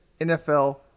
NFL